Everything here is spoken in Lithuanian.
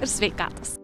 ir sveikatos